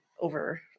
over